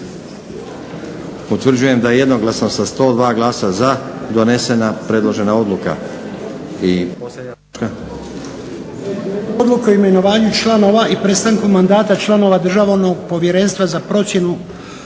Utvrđujem da je jednoglasno sa 103 glasa za donesena predložena odluka.